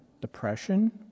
depression